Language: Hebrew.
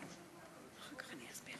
שלוש דקות